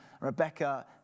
Rebecca